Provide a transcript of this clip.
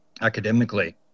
academically